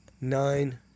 nine